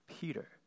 Peter